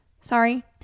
Sorry